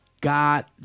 God